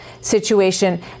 situation